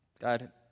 God